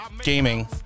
gaming